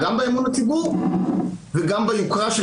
זה יהיה שופט שפוט של הקואליציה ושל